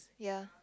ya